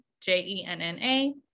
J-E-N-N-A